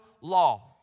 law